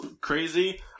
crazy